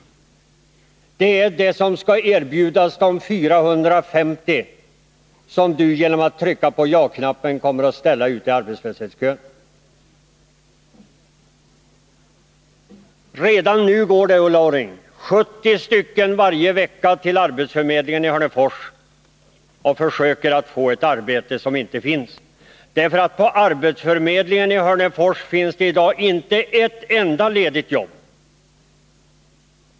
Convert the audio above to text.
Det är de som skall erbjudas de 450 människor som Ulla Orring genom att trycka på ja-knappen kommer att ställa i arbetslöshetskön. Redan nu går 70 personer varje vecka till arbetsförmedlingen i Hörnefors och försöker få ett arbete som inte finns. På arbetsförmedlingen i Hörnefors finns det i dag inte ett enda ledigt jobb.